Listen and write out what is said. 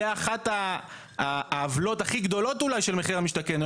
זו אחת העוולות הכי גדולות אולי של מחיר למשתכן,